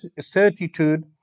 certitude